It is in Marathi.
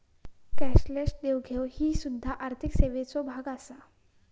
कॅशलेस देवघेव ही सुध्दा आर्थिक सेवेचो भाग आसा